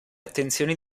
attenzioni